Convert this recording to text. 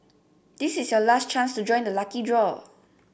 this is your last chance to join the lucky draw